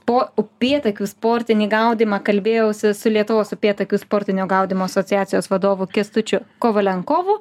po upėtakių sportinį gaudymą kalbėjausi su lietuvos upėtakių sportinio gaudymo asociacijos vadovu kęstučiu kovalenkovu